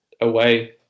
away